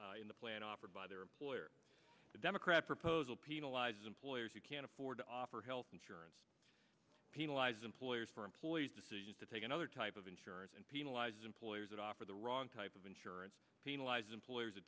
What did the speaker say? in the plan offered by their employer the democrat proposal penalizes employers who can't afford to offer health insurance penalize employers for employees decision to take another type of insurance and penalize employers that offer the wrong type of insurance penalize employers